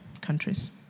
countries